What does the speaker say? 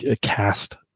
cast